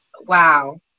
wow